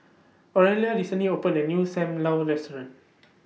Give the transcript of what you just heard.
Aurelia recently opened A New SAM Lau Restaurant